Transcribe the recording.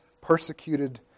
persecuted